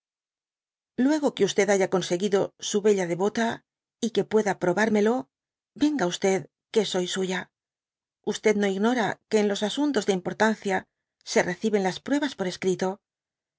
luego que haya conseguido su bella devota y que pueda probármelo venga que soy suya no ignora que en los asuntos de importancia se reciben las pruebas por escrito por